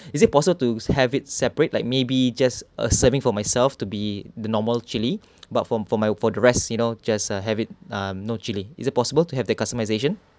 is it possible to have it separate like maybe just a serving for myself to be the normal chili but from from my for the rest you know just uh have it um no chili is it possible to have the customization